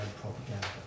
propaganda